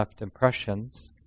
impressions